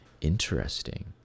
interesting